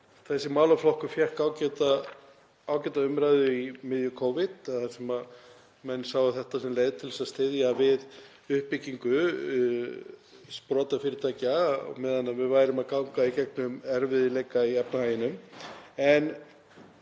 Þessi málaflokkur fékk ágæta umræðu í miðju Covid þar sem menn sáu þetta sem leið til að styðja við uppbyggingu sprotafyrirtækja á meðan við værum að ganga í gegnum erfiðleika í efnahagnum.